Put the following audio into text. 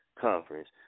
Conference